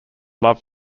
love